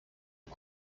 des